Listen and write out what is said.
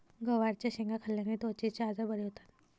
गवारच्या शेंगा खाल्ल्याने त्वचेचे आजार बरे होतात